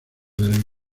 del